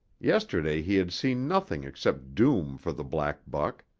yesterday he had seen nothing except doom for the black buck.